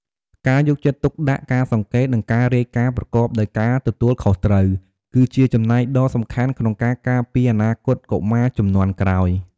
ការយកចិត្តទុកដាក់ ការសង្កេត និងការរាយការណ៍ប្រកបដោយការទទួលខុសត្រូវ គឺជាចំណែកដ៏សំខាន់ក្នុងការការពារអនាគតកុមារជំនាន់ក្រោយ។